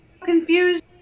confused